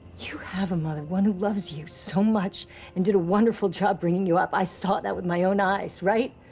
you have a mother one who loves you so much and did a wonderful job bringing you up. i saw that with my own eyes, right?